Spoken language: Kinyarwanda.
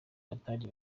batari